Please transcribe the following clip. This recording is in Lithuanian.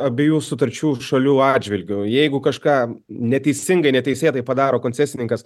abiejų sutarčių šalių atžvilgiu jeigu kažką neteisingai neteisėtai padaro koncesininkas